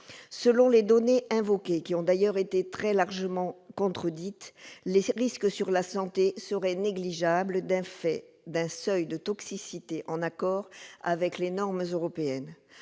Selon les données invoquées, qui ont d'ailleurs été très largement contredites, les risques pour la santé seraient négligeables, du fait d'un seuil de toxicité en accord avec les normes européennes.